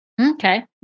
Okay